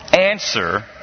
answer